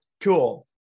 Cool